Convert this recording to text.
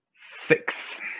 Six